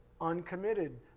uncommitted